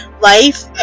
life